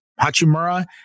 Hachimura